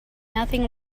nothing